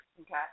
Okay